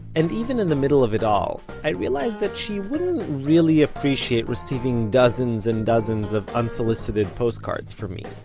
and even in the middle of it all, i realized that she wouldn't really appreciate receiving dozens and dozens of unsolicited postcards from me.